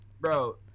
bro